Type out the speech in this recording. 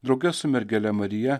drauge su mergele marija